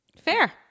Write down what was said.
fair